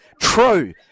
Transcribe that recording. true